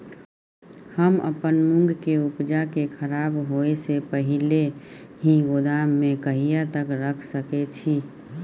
हम अपन मूंग के उपजा के खराब होय से पहिले ही गोदाम में कहिया तक रख सके छी?